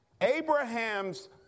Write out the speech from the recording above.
Abraham's